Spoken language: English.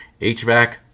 HVAC